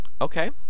Okay